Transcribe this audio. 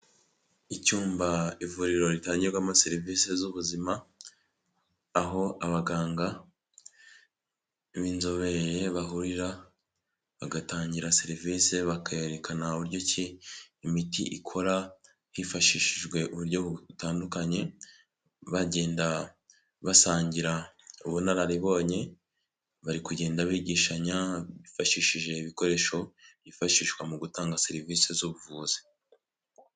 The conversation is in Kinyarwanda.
Icyumba ivuriro ritangirwamo serivise z'ubuzima aho abaganga b'inzobere bahurira, bagatangira serivise bakerekana uburyo ki imiti ikora hifashishijwe uburyo butandukanye, bagenda basangira ubunararibonye, bari kugenda bigishanya bifashishije ibikoresho byifashishwa mu gutanga serivise z'ubuvuzi.